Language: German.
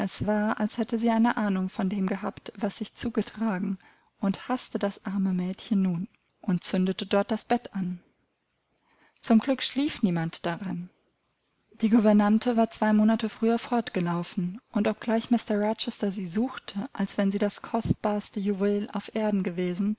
war als hätte sie eine ahnung von dem gehabt was sich zugetragen und haßte das arme mädchen nun und zündete dort das bett an zum glück schlief niemand darin die gouvernante war zwei monate früher fortgelaufen und obgleich mr rochester sie suchte als wenn sie das kostbarste juwel auf erden gewesen